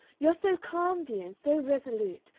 you're so calm, dear, and so resolute,